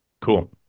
Cool